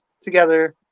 together